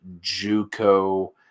Juco